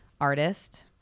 artist